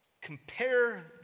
compare